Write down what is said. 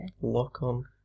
Lock-on